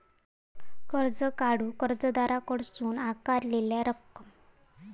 कर्ज काढूक कर्जदाराकडसून आकारलेला रक्कम